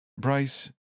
Bryce